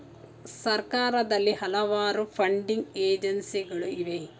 ಸರ್ಕಾರದಲ್ಲಿ ಹಲವಾರು ಫಂಡಿಂಗ್ ಏಜೆನ್ಸಿಗಳು ಇವೆ